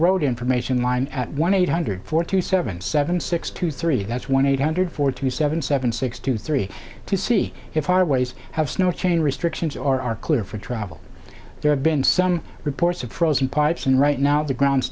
road information line at one eight hundred forty seven seven six two three that's one eight hundred four two seven seven six two three to see if our ways have snow chain restrictions or are clear for travel there have been some reports of frozen pipes and right now the ground